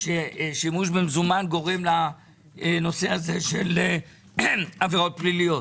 ששימוש במזומן גורם לנושא הזה של עבירות פליליות?